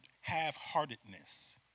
half-heartedness